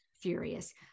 furious